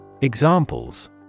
Examples